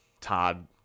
Todd